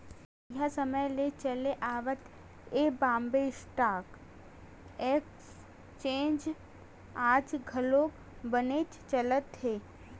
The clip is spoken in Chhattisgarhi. तइहा समे ले चले आवत ये बॉम्बे स्टॉक एक्सचेंज आज घलो बनेच चलत हे